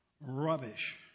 rubbish